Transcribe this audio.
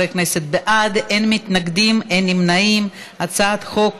כעת נצביע על הצעת חוק